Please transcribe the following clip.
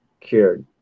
cured